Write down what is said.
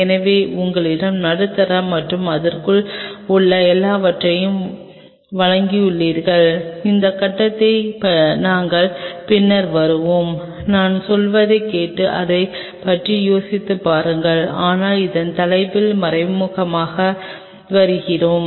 எனவே உங்களிடம் நடுத்தர மற்றும் அதற்குள் உள்ள எல்லாவற்றையும் வழங்கியுள்ளீர்கள் இந்த கட்டத்தில் நாங்கள் பின்னர் வருவோம் நான் சொல்வதைக் கேட்டு அதைப் பற்றி யோசித்துப் பாருங்கள் ஆனால் இந்த தலைப்பில் முறையாக வருவோம்